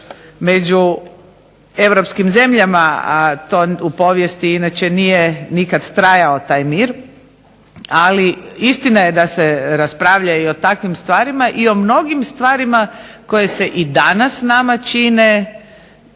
među europskim zemljama, a to u povijesti inače nije nikad trajao taj mir. Ali istina je da se raspravlja i o takvim stvarima i o mnogim stvarima koje se i danas nama čine